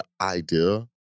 idea